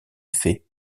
fées